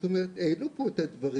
זאת אומרת, העלו פה את הדברים.